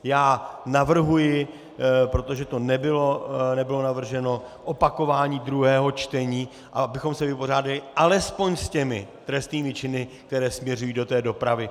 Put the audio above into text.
Já navrhuji, protože to nebylo navrženo, opakování druhého čtení, abychom se vypořádali alespoň s těmi trestnými činy, které směřují do té dopravy.